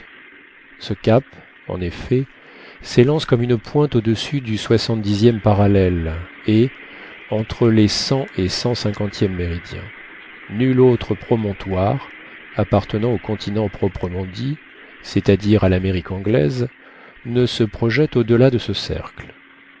ce cap en effet s'élance comme une pointe audessus du soixante dixième parallèle et entre les cent et centcinquantième méridiens nul autre promontoire appartenant au continent proprement dit c'est-à-dire à l'amérique anglaise ne se projette au-delà de ce cercle